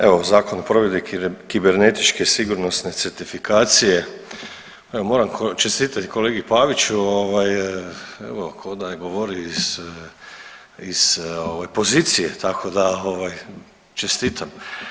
Evo Zakon o provedbi kibernetičke sigurnosne certifikacije, evo moram čestitati kolegi Paviću evo ko' da govori iz pozicije, tako da čestitam.